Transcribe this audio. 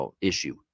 issue